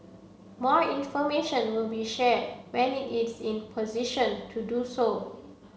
more information will be shared when it is in position to do so